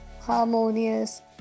harmonious